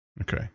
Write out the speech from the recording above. Okay